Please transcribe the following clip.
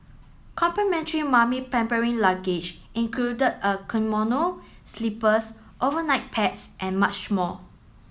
complimentary mummy pampering luggage included a kimono slippers overnight pads and much more